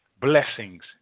blessings